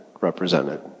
represented